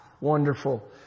wonderful